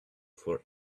for